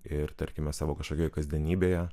ir tarkime savo kažkokioj kasdienybėje